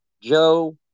Joe